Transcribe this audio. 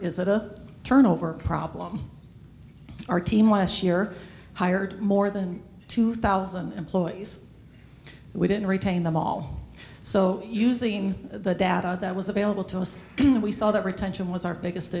is it a turnover problem our team last year hired more than two thousand employees we didn't retain them all so using the data that was available to us and we saw that retention was our biggest